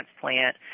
transplant